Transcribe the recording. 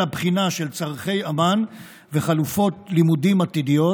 בחינה של צורכי אמ"ן וחלופות לימודים עתידיות.